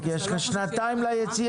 כי יש לך שנתיים ליציאה.